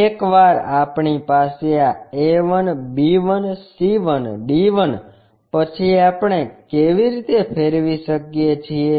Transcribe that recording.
એકવાર આપણી પાસે આ a 1 b 1 c 1 d 1 પછી આપણે કેવી રીતે ફેરવી શકીએ છીએ